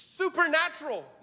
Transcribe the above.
supernatural